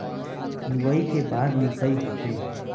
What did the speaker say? लुवई के बाद मिंसाई होथे